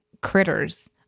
critters